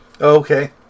Okay